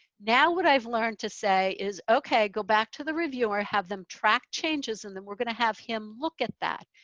now what i've learned to say is, okay, go back to the reviewer, have them track changes. and then we're going to have him look at that.